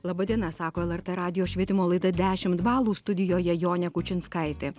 laba diena sako lrt radijo švietimo laida dešimt balų studijoje jonė kučinskaitė